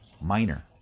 minor